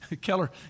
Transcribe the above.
Keller